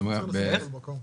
לאט לאט, בהתאם לצורך.